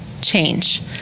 change